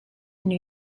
new